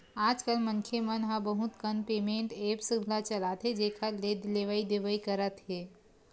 आजकल मनखे मन ह बहुत कन पेमेंट ऐप्स ल चलाथे जेखर ले लेवइ देवइ करत हे